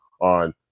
on